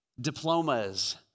diplomas